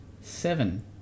Seven